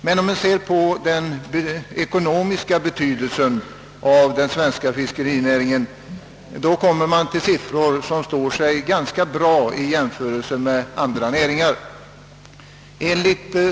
Men om man ser på den ekonomiska betydelse som den svenska fiskerinäringen har, kommer man till siffror som står sig ganska gott i jämförelse med andra näringar.